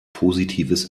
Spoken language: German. positives